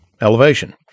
elevation